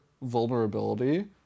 vulnerability